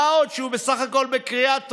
מה עוד שהוא בסך הכול בקריאה טרומית.